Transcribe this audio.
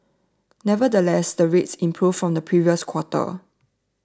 nevertheless the rates improved from the previous quarter